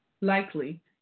likely